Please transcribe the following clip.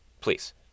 please